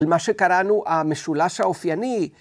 למה שקראנו המשולש האופייני.